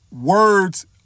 words